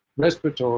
respiratory